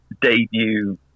debut